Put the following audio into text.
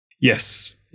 Yes